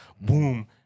boom